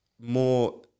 more